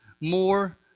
more